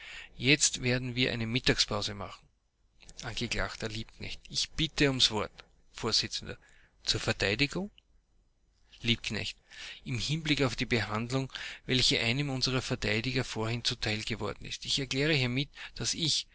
jetzt werden wir eine mittagspause machen angeklagter liebknecht ich bitte ums wort vors zur verteidigung liebknecht im hinblick auf die behandlung welche einem unserer verteidiger vorhin zuteil geworden ist erkläre ich hiermit daß ich